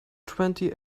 twenty